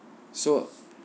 so